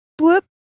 whoop